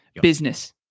Business